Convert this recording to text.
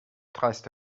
dreiste